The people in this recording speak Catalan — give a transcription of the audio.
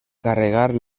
carregar